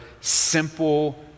simple